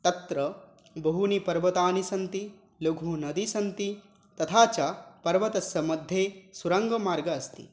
तत्र बहूनि पर्वतानि सन्ति लघुनदी सन्ति तथा च पर्वतस्य मध्ये सुरङ्गमार्गः अस्ति